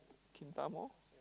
mall